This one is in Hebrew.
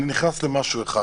אני נכנס למשהו אחד.